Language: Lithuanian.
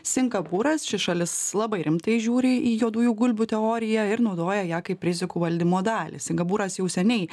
sinkapūras ši šalis labai rimtai žiūri į juodųjų gulbių teoriją ir naudoja ją kaip rizikų valdymo dalį singabūras jau seniai